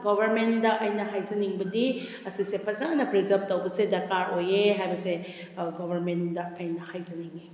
ꯒꯣꯕꯔꯃꯦꯟꯗ ꯑꯩꯅ ꯍꯥꯏꯖꯅꯤꯡꯕꯗꯤ ꯑꯁꯤꯁꯦ ꯐꯖꯅ ꯄ꯭ꯔꯤꯖꯥꯕ ꯇꯧꯕꯁꯦ ꯗꯔꯀꯥꯔ ꯑꯣꯏꯌꯦ ꯍꯥꯏꯕꯁꯦ ꯒꯣꯕꯔꯃꯦꯟꯗ ꯑꯩꯅ ꯍꯥꯏꯖꯅꯤꯡꯏ